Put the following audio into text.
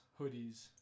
hoodies